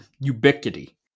ubiquity